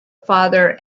father